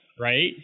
right